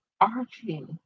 Archie